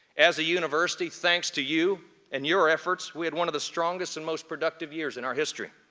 as a university, thanks to you and your efforts, we had one of the strongest and most productive years in our history.